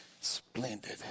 splendid